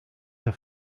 der